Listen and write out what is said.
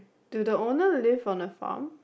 do the owner live on the farm